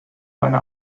eine